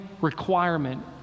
requirement